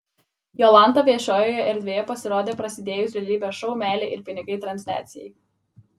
jolanta viešojoje erdvėje pasirodė prasidėjus realybės šou meilė ir pinigai transliacijai